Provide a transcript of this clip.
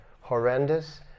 horrendous